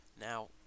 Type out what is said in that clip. Now